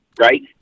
Right